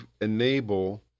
enable